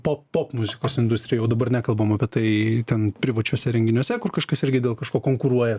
pop popmuzikos industrija jau dabar nekalbam apie tai ten privačiuose renginiuose kur kažkas irgi dėl kažko konkuruoja